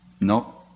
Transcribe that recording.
No